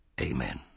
Amen